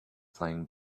playing